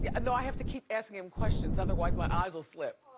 yeah no, i have to keep asking him questions, otherwise, my eyes'll slip.